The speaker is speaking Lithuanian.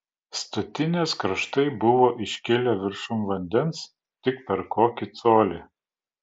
statinės kraštai buvo iškilę viršum vandens tik per kokį colį